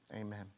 amen